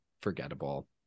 forgettable